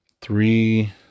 Three